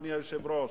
אדוני היושב-ראש,